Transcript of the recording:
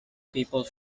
people